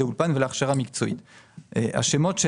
מי